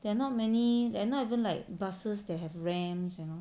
there are not many there are not even like buses that have rams you know